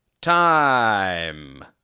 time